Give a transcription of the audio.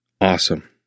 Awesome